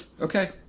Okay